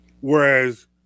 whereas